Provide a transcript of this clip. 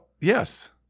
Yes